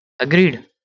agreed